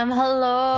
hello